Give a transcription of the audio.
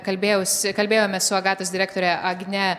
kalbėjausi kalbėjomės su agatos direktore agne